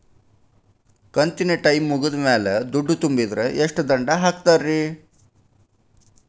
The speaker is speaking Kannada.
ಕಂತಿನ ಟೈಮ್ ಮುಗಿದ ಮ್ಯಾಲ್ ದುಡ್ಡು ತುಂಬಿದ್ರ, ಎಷ್ಟ ದಂಡ ಹಾಕ್ತೇರಿ?